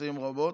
מפספסים רבות,